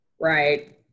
right